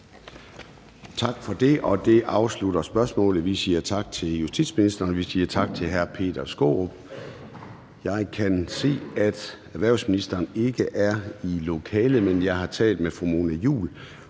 Tak for det. Det afslutter spørgsmålet, og vi siger tak til justitsministeren, og vi siger tak til hr. Peter Skaarup. Jeg kan se, at erhvervsministeren ikke er i lokalet, men jeg har talt med fru Mona Juul,